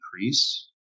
increase